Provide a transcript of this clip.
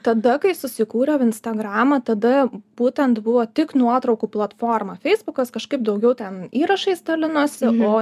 tada kai susikūriau instagramą tada būtent buvo tik nuotraukų platforma feisbukas kažkaip daugiau ten įrašais dalinosi o